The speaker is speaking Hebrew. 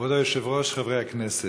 כבוד היושב-ראש, חברי הכנסת,